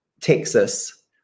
texas